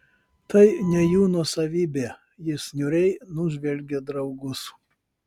tai ne jų nuosavybė jis niūriai nužvelgė draugus